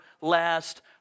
last